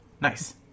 Nice